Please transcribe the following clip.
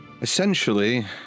essentially